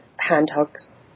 handhugs